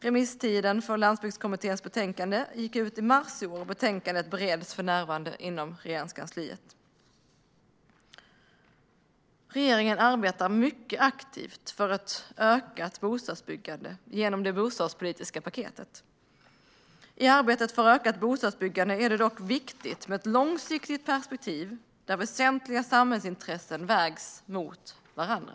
Remisstiden för Landsbygdskommitténs betänkande gick ut i mars i år. Betänkandet bereds för närvarande inom Regeringskansliet. Regeringen arbetar mycket aktivt för ett ökat bostadsbyggande genom det bostadspolitiska paketet. I arbetet för ett ökat bostadsbyggande är det dock viktigt med ett långsiktigt perspektiv där väsentliga samhällsintressen vägs mot varandra.